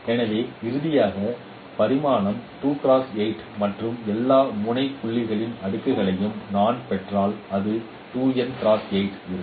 எனவே இறுதியாக பரிமாணம் மற்றும் எல்லா முனைப்புள்ளிகளின் அடுக்கையும் நான் பெற்றால் அது இருக்கும்